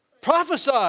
Prophesy